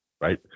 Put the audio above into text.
right